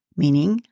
meaning